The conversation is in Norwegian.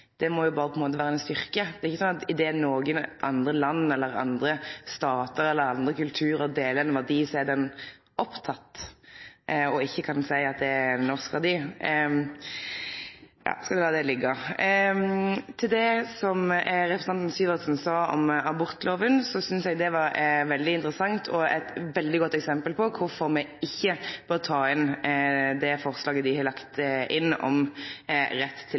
det må jo berre vere ein styrke. Det er ikkje sånn at i det Noreg eller andre land, statar eller kulturar deler ein verdi, så er den oppteken, og at ein ikkje kan seie at det er ein norsk verdi. Men eg skal la det liggje. Eg synest det representanten Syversen sa om abortlova, var veldig interessant og eit veldig godt eksempel på kvifor me ikkje bør ta inn det forslaget dei har lagt inn om rett til